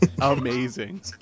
Amazing